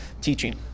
teaching